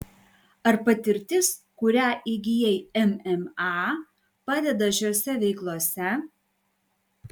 ar patirtis kurią įgijai mma padeda šiose veiklose